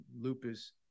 lupus